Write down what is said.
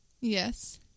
Yes